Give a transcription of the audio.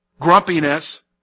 grumpiness